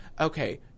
okay